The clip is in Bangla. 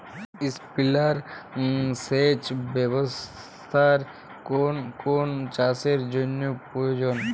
স্প্রিংলার সেচ ব্যবস্থার কোন কোন চাষের জন্য প্রযোজ্য?